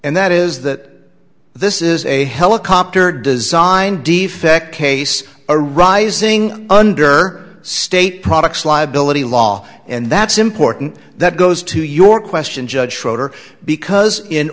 and that is that this is a helicopter design defect case a rising under state products liability law and that's important that goes to your question judge schroeder because in